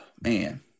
man